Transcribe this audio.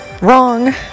wrong